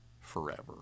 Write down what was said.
forever